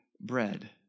bread